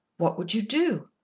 what would you do?